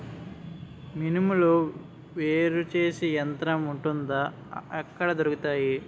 మినుములు వేరు చేసే యంత్రం వుంటుందా? ఎక్కడ దొరుకుతాయి?